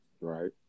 Right